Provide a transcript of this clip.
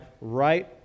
right